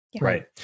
Right